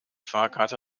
fahrkarte